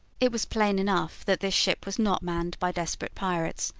it was plain enough that this ship was not manned by desperate pirates,